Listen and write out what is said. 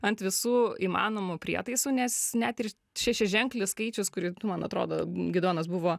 ant visų įmanomų prietaisų nes net ir šešiaženklis skaičius kuris man atrodo gidonas buvo